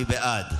מי בעד?